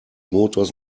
motors